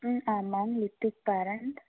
ம் ஆமாம் நித்திஸ் பேரெண்ட்